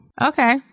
Okay